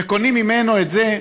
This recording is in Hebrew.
וקונים ממנו את זה,